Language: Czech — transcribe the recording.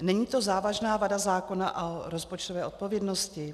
Není to závažná vada zákona a rozpočtové odpovědnosti?